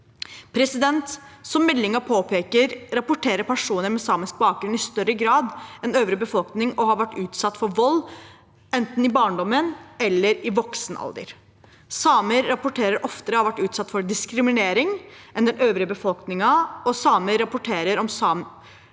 Sametinget. Som meldingen påpeker, rapporterer personer med samisk bakgrunn i større grad enn øvrig befolkning om å ha vært utsatt for vold, enten i barndommen eller i voksen alder. Samer rapporterer oftere om å ha vært utsatt for diskriminering enn den øvrige befolkningen, og samer rapporterer om at samisk